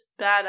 badass